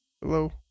Hello